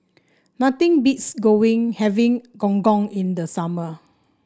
nothing beats going having Gong Gong in the summer